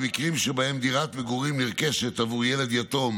במקרים שבהם דירת מגורים נרכשת עבור ילד יתום